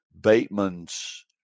Bateman's